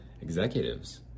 executives